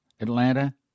Atlanta